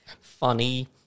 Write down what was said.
funny